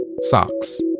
socks